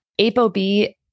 ApoB